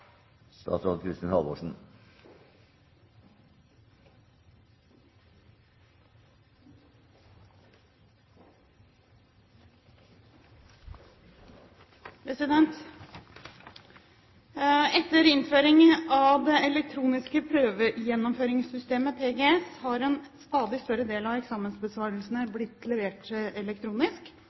Etter innføring av det elektroniske prøvegjennomføringssystemet PGS har en stadig større del av eksamensbesvarelsene blitt